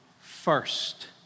first